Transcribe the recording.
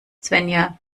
svenja